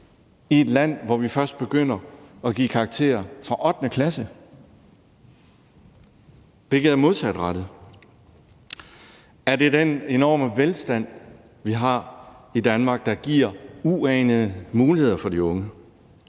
i et land, hvor vi først begynder at give karakterer fra 8. klasse, hvilket er modsatrettet? Er det den enorme velstand, vi har i Danmark, der giver uanede muligheder for de unge?